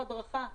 הדרכה.